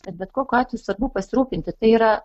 tad bet kokiu atveju svarbu pasirūpinti tai yra